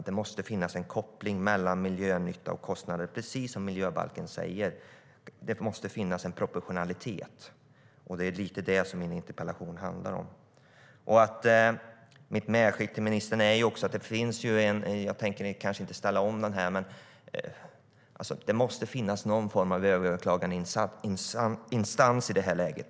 Det måste finnas en koppling mellan miljönytta och kostnader, precis som miljöbalken säger. Det måste finnas proportionalitet. Min interpellation handlar delvis om det. Mitt medskick till ministern är att det måste finnas någon form av överklagandeinstans i det här läget.